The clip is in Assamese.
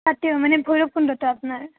তাতেও মানে ভৈৰৱকুণ্ডত আপোনাৰ